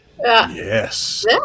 Yes